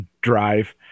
drive